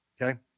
Okay